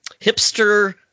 hipster